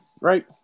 right